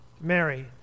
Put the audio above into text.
Mary